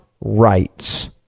rights